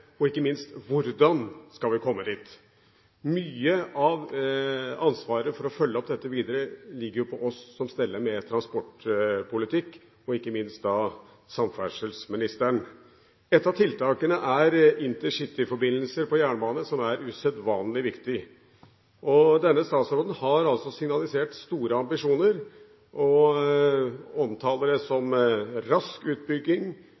og ikke minst hvordan vi skal komme dit. Mye av ansvaret for å følge opp dette videre ligger på oss som steller med transportpolitikk, og ikke minst samferdselsministeren. Et av tiltakene er intercityforbindelse på jernbane, som er usedvanlig viktig. Denne statsråden har signalisert store ambisjoner og omtaler det som rask utbygging,